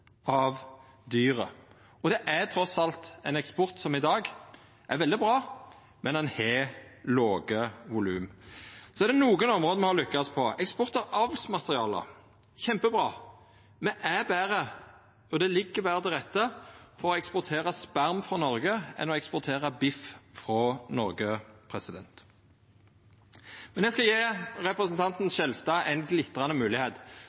av dyret? Det er trass alt ein eksport som i dag er veldig bra, men han har låge volum. Det er nokre område me har lukkast på: eksport av avlsmateriale. Det er kjempebra. Der er me betre, og det ligg betre til rette for å eksportera sperma frå Noreg enn å eksportera biff frå Noreg. Men eg skal gje representanten Skjelstad ei glitrande